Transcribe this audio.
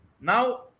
now